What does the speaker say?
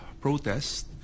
protests